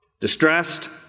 Distressed